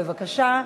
בבקשה.